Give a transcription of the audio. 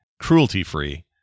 Cruelty-free